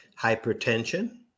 hypertension